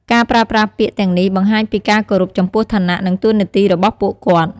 ការប្រើប្រាស់ពាក្យទាំងនេះបង្ហាញពីការគោរពចំពោះឋានៈ និងតួនាទីរបស់ពួកគាត់។